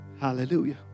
Hallelujah